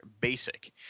basic